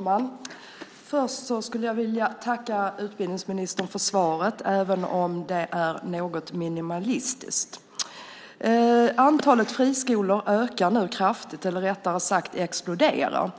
Herr talman! Först skulle jag vilja tacka utbildningsministern för svaret, även om det är något minimalistiskt. Antalet friskolor ökar nu kraftigt, eller rättare sagt: Det exploderar.